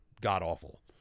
god-awful